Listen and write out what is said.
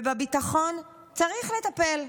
ובביטחון צריך לטפל,